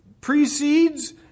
precedes